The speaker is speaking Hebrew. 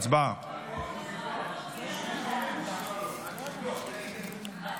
ההצעה להעביר את הצעת חוק הרשות הלאומית למאבק בעוני,